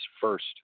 first